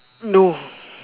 no